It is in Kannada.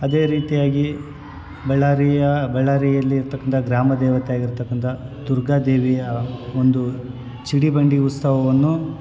ಅದೇ ರೀತಿಯಾಗಿ ಬಳ್ಳಾರಿಯ ಬಳ್ಳಾರಿಯಲ್ಲಿರ್ತಕ್ಕಂಥ ಗ್ರಾಮ ದೇವತೆಯಾಗಿರ್ತಕ್ಕಂಥ ದುರ್ಗಾದೇವಿಯ ಒಂದು ಚಿಡಿಬಂಡಿ ಉತ್ಸವವನ್ನು